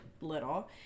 little